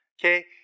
Okay